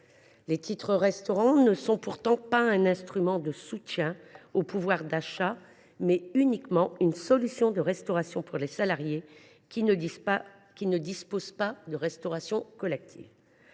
Les titres restaurant ne sont pourtant pas un instrument de soutien au pouvoir d’achat ; ils constituent uniquement une solution de restauration pour les salariés qui ne disposent pas d’une offre de restauration collective.